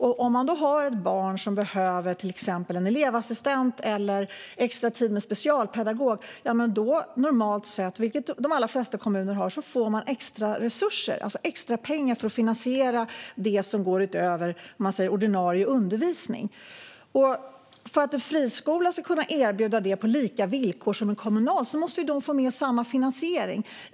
Om man har ett barn som behöver till exempel en elevassistent eller extra tid med en specialpedagog får man normalt sett i de allra flesta kommuner extra resurser, extra pengar för att finansiera det som går utöver ordinarie undervisning. För att en friskola ska kunna erbjuda det på samma villkor som en kommunal skola måste den få samma finansiering.